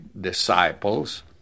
disciples